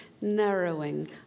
narrowing